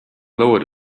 lowered